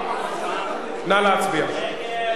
נא להצביע.